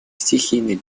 стихийных